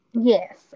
Yes